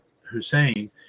Hussein